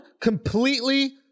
completely